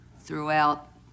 throughout